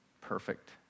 perfect